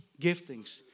giftings